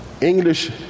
English